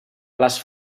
les